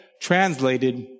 translated